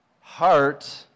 Heart